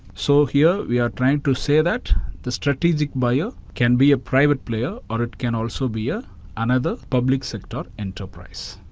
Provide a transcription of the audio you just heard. so, here we are trying to say that the strategic buyer can be a private player or it can also be a another public sector enterprise.